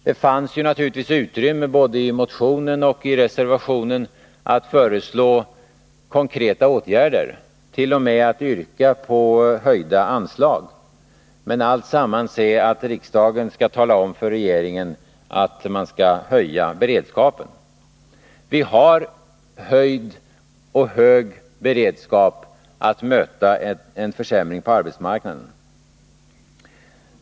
Det fanns naturligtvis utrymme både i motionen och i reservationen att föreslå konkreta åtgärder, t.o.m. att yrka på höjda anslag. Men hela innehållet går i stället ut på att man skall tala om för regeringen att den skall höja beredskapen. Vi har en höjd och hög beredskap att möta en försämring på arbetsmarknaden.